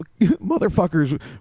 motherfuckers